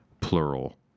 plural